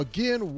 Again